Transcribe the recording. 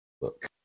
Look